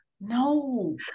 No